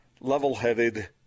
level-headed